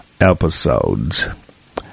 episodes